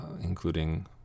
including